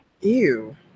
Ew